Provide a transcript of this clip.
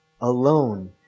alone